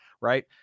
right